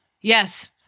Yes